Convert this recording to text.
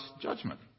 judgment